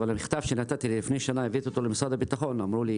אבל המכתב שנתתי לפני שנה למשרד הבטחון אמרו לי